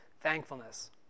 thankfulness